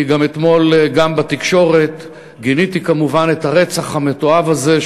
גם אתמול וגם בתקשורת גיניתי כמובן את הרצח המתועב הזה,